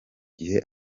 gihe